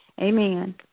amen